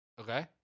Okay